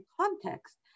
context